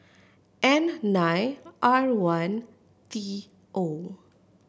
N nine R one T O